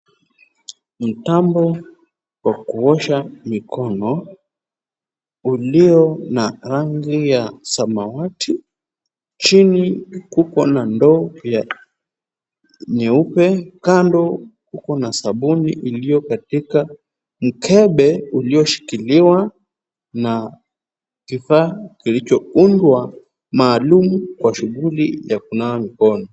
Mtambo wa kuosha mikono ulio na rangi ya samawati. Chini kuko na ndoo ya nyeupe. Kando kuko na sabuni iliyo katika mkebe ulioshikiliwa na kifaa kilichoundwa maalum kwa shughuli ya kunawa mikono.